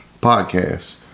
podcast